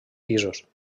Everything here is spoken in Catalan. pisos